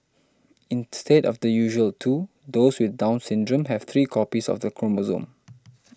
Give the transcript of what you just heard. instead of the usual two those with Down Syndrome have three copies of the chromosome